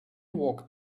walked